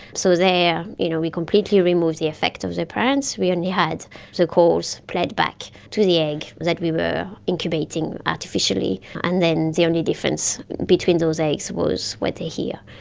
so there you know we completely removed the effect of the parents. we only had the so calls played back to the egg that we were incubating artificially. and then the only difference between those eggs was what they hear.